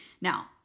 Now